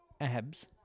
Abs